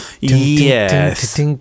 Yes